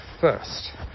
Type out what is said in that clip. first